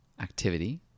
activity